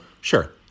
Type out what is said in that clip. sure